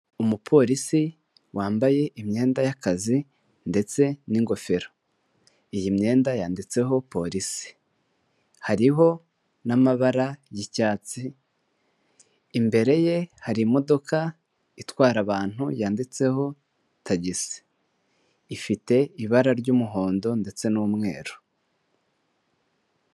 Umupolisi wambaye imyenda y'akazi ndetse n'ingofero, iyi myenda yanditseho polisi hariho n'amabara y'icyatsi, imbere ye hari imodoka itwara abantu yanditseho tagisi ifite ibara ry'umuhondo ndetse n'umweru.